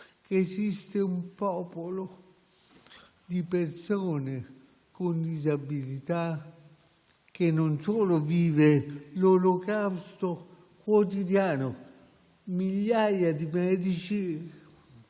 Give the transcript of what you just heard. che esiste un popolo di persone con disabilità che vive un olocausto quotidiano; migliaia di medici,